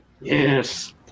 Yes